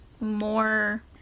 more